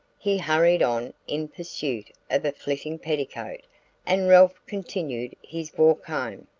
he hurried on in pursuit of a flitting petticoat and ralph continued his walk home.